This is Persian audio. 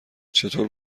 چطور